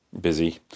busy